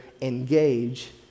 engage